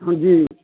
हँ जी